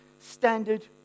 standard